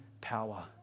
power